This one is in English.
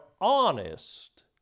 honest